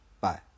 Bye